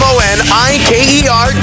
M-O-N-I-K-E-R